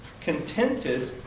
Contented